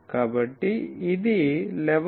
కాబట్టి ఇది 11